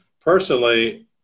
personally